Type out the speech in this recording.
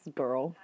girl